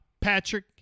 Patrick